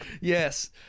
Yes